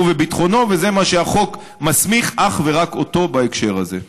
וביטחונו והחוק מסמיך אך ורק אותו בהקשר הזה.